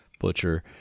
Butcher